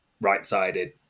right-sided